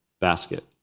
basket